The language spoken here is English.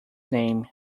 name